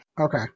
Okay